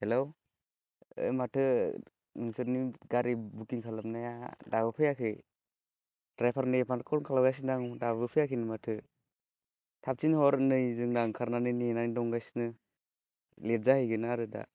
hello माथो नोंसोरनि गारि बुकिं खालामनाया दाबो फैयाखै ड्राइभारनो फनखौ खालायगासिनो आं दाबो फैयाखैनो माथो थाब थिनहर नै जोंना ओंखारनानै नेनानै दंगासिनो लेट जाहैगोन आरो दा